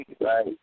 Right